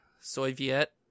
Soviet